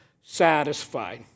satisfied